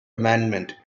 amendment